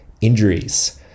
injuries